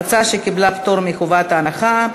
ההצעה קיבלה פטור מחובת הנחה,